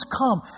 come